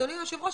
אדוני היושב ראש,